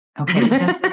okay